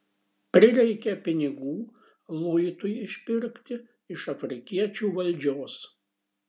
prireikė pinigų luitui išpirkti iš afrikiečių valdžios